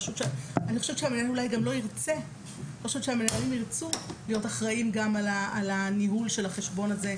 אני חושבת שמנהל גם לא ירצה להיות אחראי גם על הניהול של החשבון הזה,